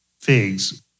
figs